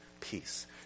peace